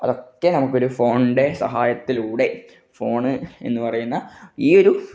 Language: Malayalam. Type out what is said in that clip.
അതൊക്കെ നമുക്ക് ഒരു ഫോണിന്റെ സഹായത്തിലൂടെ ഫോണ് എന്നു പറയുന്ന ഈ ഒരു